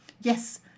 yes